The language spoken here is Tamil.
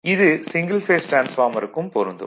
இது சிங்கிள் பேஸ் டிரான்ஸ்பார்மருக்கும் பொருந்தும்